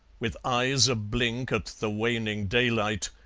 with eyes a-blink at the waning daylight,